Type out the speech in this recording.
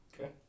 Okay